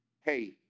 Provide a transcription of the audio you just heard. hey